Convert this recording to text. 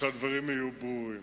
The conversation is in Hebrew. שהדברים יהיו ברורים.